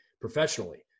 professionally